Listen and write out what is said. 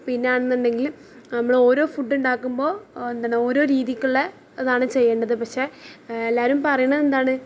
പിന്നെ ആണെന്നുണ്ടെങ്കിൽ നമ്മൾ ഓരോ ഫുഡ് ഉണ്ടാക്കുമ്പോൾ എന്താണ് ഓരോ രീതിക്കുള്ളത് ഇതാണ് ചെയ്യേണ്ടത് പക്ഷേ എല്ലാവരും പറയണ എന്താണ്